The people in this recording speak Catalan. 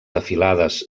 afilades